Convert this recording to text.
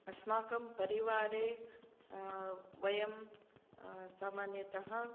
अस्माकं परिवारे वयं सामान्यतः